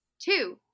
Two